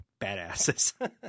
badasses